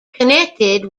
connected